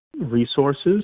resources